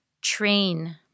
train